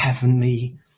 heavenly